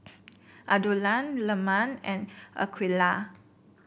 Abdullah Leman and Aqeelah